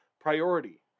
priority